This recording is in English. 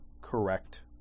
correct